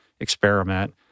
experiment